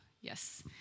yes